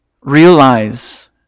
realize